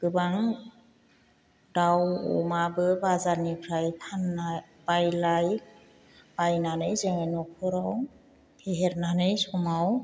गोबां दाउ अमाबो बाजारनिफ्राय फाननाय बायलाय बायनानै जोङो न'खराव फेहेरनानै समाव